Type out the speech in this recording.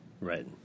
Right